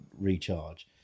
recharge